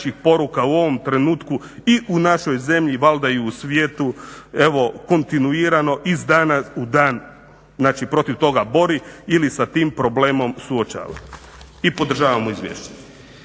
I podržavamo izvješće.